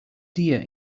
dear